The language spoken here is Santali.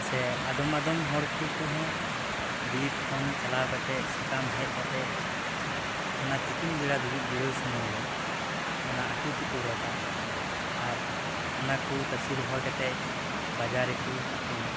ᱥᱮ ᱟᱫᱚᱢ ᱟᱫᱚᱢ ᱦᱚᱲ ᱠᱚ ᱠᱚᱦᱚᱸ ᱵᱤᱨ ᱠᱷᱚᱱ ᱪᱟᱞᱟᱣ ᱠᱟᱛᱮᱫ ᱥᱟᱠᱟᱢ ᱦᱮᱡ ᱠᱟᱛᱮᱫ ᱚᱱᱟ ᱛᱤᱠᱤᱱ ᱵᱮᱲᱟ ᱫᱩᱲᱩᱵ ᱡᱤᱨᱟᱹᱣ ᱥᱚᱢᱚᱭ ᱨᱮ ᱚᱱᱟ ᱟᱠᱚ ᱛᱮᱠᱚ ᱨᱚᱜᱼᱟ ᱟᱨ ᱚᱱᱟ ᱠᱚ ᱛᱟᱥᱮ ᱨᱚᱦᱚᱲ ᱠᱟᱛᱮᱫ ᱵᱟᱡᱟᱨ ᱨᱮᱠᱚ ᱟᱹᱠᱷᱨᱤᱧᱟ